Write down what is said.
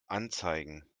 anzeigen